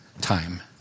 time